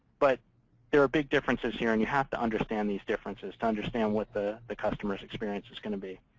but there are big differences here. and you have to understand these differences to understand what the the customer's experience is going to be.